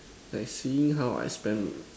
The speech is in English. I seeing how I spend